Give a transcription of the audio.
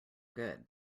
good